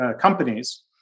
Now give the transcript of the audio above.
companies